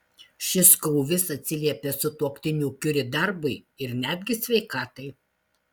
šis krūvis atsiliepia sutuoktinių kiuri darbui ir netgi sveikatai